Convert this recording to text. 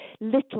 little